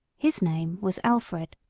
his name was alfred.